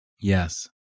Yes